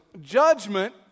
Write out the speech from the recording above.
judgment